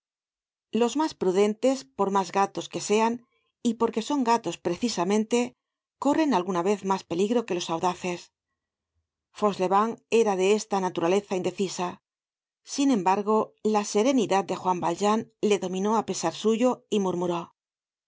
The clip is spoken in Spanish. los mas prudentes por mas gatos que sean y porque son gatos precisamente corren alguna vez mas peligro que los audaces fauchelevent era de esta naturaleza indecisa sin embargo la serenidad de juan valjean le dominó á pesar suyo y murmuró